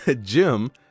Jim